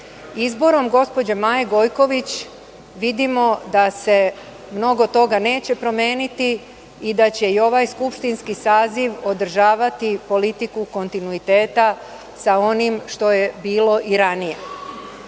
Izborom, gospođe Maje Gojković vidimo da se mnogo toga neće promeniti i da će i ovaj skupštinski saziv održavati politiku kontinuiteta sa onim što je bilo i ranije. Ono